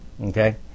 Okay